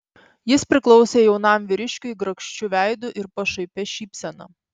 jis priklausė jaunam vyriškiui grakščiu veidu ir pašaipia šypsena